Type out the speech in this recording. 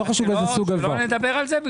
לא חשוב איזה סוג הלוואי- -- שלא נדבר על זה?